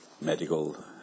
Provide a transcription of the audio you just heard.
medical